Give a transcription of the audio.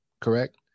correct